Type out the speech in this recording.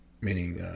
meaning